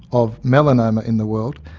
of melanoma in the world,